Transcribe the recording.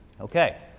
Okay